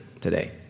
today